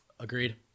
Agreed